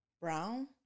Brown